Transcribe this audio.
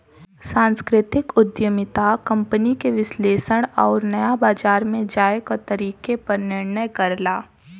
सांस्कृतिक उद्यमिता कंपनी के विश्लेषण आउर नया बाजार में जाये क तरीके पर निर्णय करला